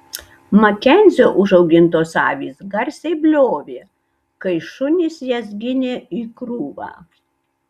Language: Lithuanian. makenzio užaugintos avys garsiai bliovė kai šunys jas ginė į krūvą